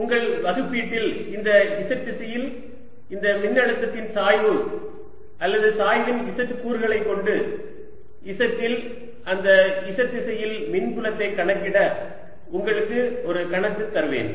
உங்கள் வகுப்பீட்டில் இந்த z திசையில் இந்த மின்னழுத்தத்தின் சாய்வு அல்லது சாய்வின் z கூறுகளை கொண்டு z இல் அந்த z திசையில் மின்புலத்தை கணக்கிட உங்களுக்கு ஒரு கணக்கு தருவேன்